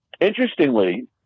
interestingly